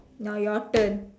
now your turn